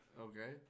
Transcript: Okay